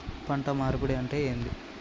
పంట మార్పిడి అంటే ఏంది?